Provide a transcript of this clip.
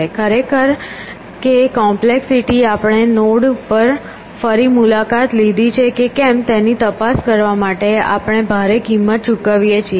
ખરેખર કે કોમ્પ્લેક્સિટી આપણે નોડ પર ફરી મુલાકાત લીધી છે કે કેમ તેની તપાસ કરવા માટે આપણે ભારે કિંમત ચૂકવીએ છીએ